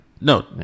No